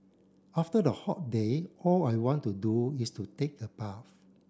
after the hot day all I want to do is to take a bath